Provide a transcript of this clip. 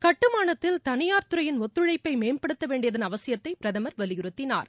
கட்டுமானத்தில் தனியார்துறையின் ஒத்துழைப்பை மேம்படுத்தவேண்டியதன் அவசியத்தை பிரதமர் வலியுறுத்தினார்